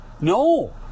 No